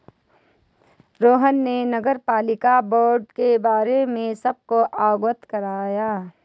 रोहन ने नगरपालिका बॉण्ड के बारे में सबको अवगत कराया